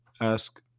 ask